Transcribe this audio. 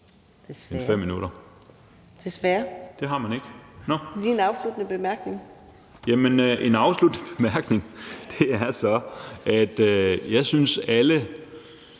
Desværre. Ordføreren kan lige få en afsluttende bemærkning). Jamen en afsluttende bemærkning er så, at jeg synes, at